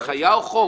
זה הנחיה או חוק?